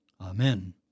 Amen